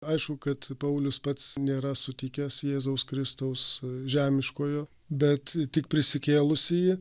aišku kad paulius pats nėra sutikęs jėzaus kristaus žemiškojo bet tik prisikėlusįjį